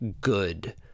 good